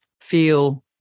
feel